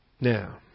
Now